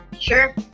Sure